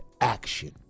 action